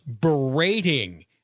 berating